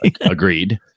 Agreed